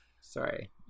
Sorry